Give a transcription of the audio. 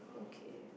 okay